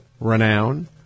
renown